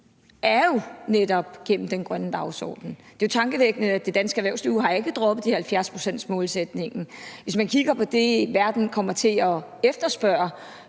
er jo netop gennem den grønne dagsorden. Det er jo tankevækkende, at det danske erhvervsliv ikke har droppet 70-procentsmålsætningen. Hvis man kigger på, hvad verden kommer til at efterspørge,